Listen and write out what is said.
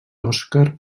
oscar